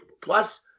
Plus